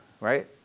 Right